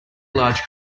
large